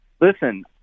listen